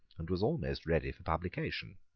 and was almost ready for publication.